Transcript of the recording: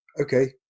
okay